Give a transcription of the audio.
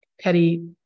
petty